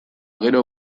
gero